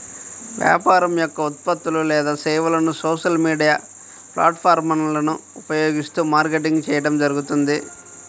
వ్యాపారం యొక్క ఉత్పత్తులు లేదా సేవలను సోషల్ మీడియా ప్లాట్ఫారమ్లను ఉపయోగిస్తూ మార్కెటింగ్ చేయడం జరుగుతుంది